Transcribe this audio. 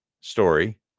story